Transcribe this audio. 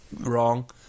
wrong